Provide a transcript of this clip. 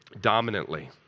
Dominantly